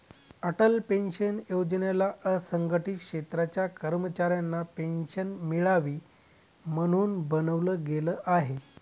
Atal pension योजनेला असंघटित क्षेत्राच्या कर्मचाऱ्यांना पेन्शन मिळावी, म्हणून बनवलं गेलं आहे